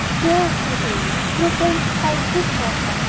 there! cried amy, you are going to cry too, tanta!